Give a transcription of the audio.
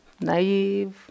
naive